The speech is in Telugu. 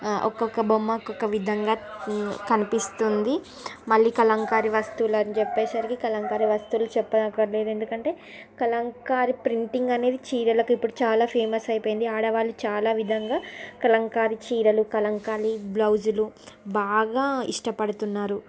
ఆ ఒక్కొక్క బొమ్మ ఒక్కొక్క విధంగా కనిపిస్తుంది మళ్ళీ కళంకారీ వస్తువులు అని చెప్పేసరికి కలంకారి వస్తువులు చెప్పనక్కరలేదు ఎందుకంటే కళంకారీ ప్రింటింగ్ అనేది చీరలకు ఇప్పుడు చాలా ఫేమస్ అయిపోయింది ఆడవాళ్ళు చాలా విధంగా కళంకారీ చీరలు కళంకారీ బ్లౌజులు బాగా ఇష్టపడుతున్నారు